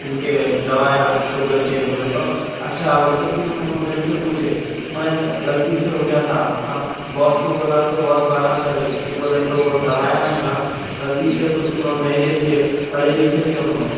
ان کے دوائیاں شوگر کے بولے تو اچھا بول کے پھر انوں میرے سے پوچھے میں غلطی سے ہو گیا تھا اب باس کو بولا تو باس باتاں کرے کیوں بولے تو وہ دوائیاں ہیں نا غلطی سے کچھ انھوں نہیں دیکھتے پڑھے لکھے تھے انھوں